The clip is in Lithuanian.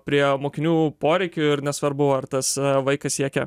prie mokinių poreikių ir nesvarbu ar tas vaikas siekia